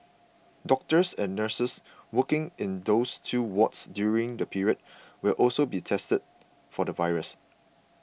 doctors and nurses working in those two wards during the period will also be tested for the virus